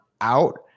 out